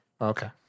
okay